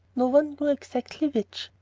no one knew exactly which,